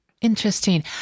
Interesting